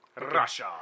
Russia